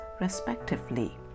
respectively